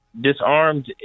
Disarmed